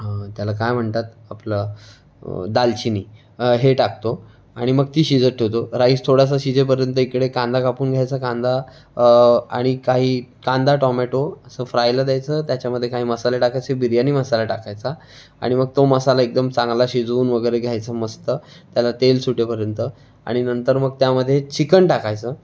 त्याला काय म्हणतात आपलं दालचिनी हे टाकतो आणि मग ती शिजत ठेवतो राईस थोडासा शिजेपर्यंत इकडे कांदा कापून घ्यायचा कांदा आणि काही कांदा टोमॅटो असं फ्रायला द्यायचं त्याच्यामध्ये काही मसाले टाकायचे बिर्याणी मसाला टाकायचा आणि मग तो मसाला चांगला शिजवून वगैरे घ्यायचं मस्त त्याला तेल सुटेपर्यंत आणि नंतर मग त्यामध्ये चिकन टाकायचं